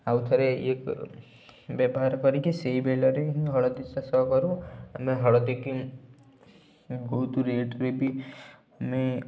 ଆଉଥରେ ଇଏ କ ବ୍ୟବହାର କରିକି ସେଇ ବିଲରେ ହିଁ ହଳଦୀ ଚାଷ କରୁ ହେଲେ ହଳଦୀ କିଣ୍ ବହୁତ ରେଟେରେ ବି ଆମେ